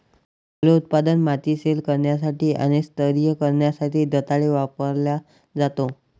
फलोत्पादनात, माती सैल करण्यासाठी आणि स्तरीय करण्यासाठी दंताळे वापरला जातो